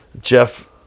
jeff